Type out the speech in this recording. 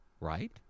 Right